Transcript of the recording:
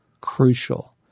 crucial